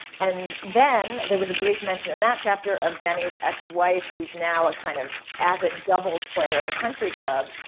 and then, there was a brief mention in that chapter of bennie's ex-wife who's now an ah kind of avid doubles player at a country club.